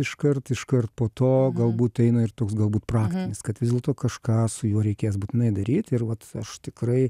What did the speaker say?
iškart iškart po to galbūt eina ir toks galbūt praktinis kad vis dėlto kažką su juo reikės būtinai daryt ir vat aš tikrai